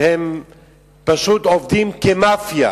שהם פשוט עובדים כמאפיה?